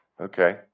Okay